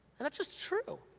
and that's just true,